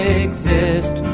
exist